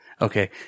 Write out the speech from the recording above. Okay